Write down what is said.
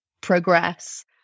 progress